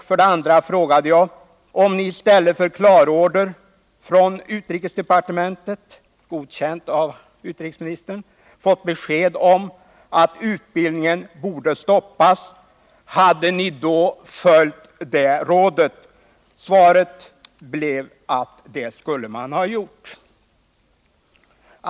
Vidare frågade jag: Om ni i stället för en klarorder från utrikesdepartementet, godkänd av utrikesministern, hade fått ett besked om att utbildningen borde stoppas, hade ni då följt det rådet? Svaret blev att det skulle man ha gjort.